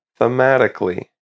thematically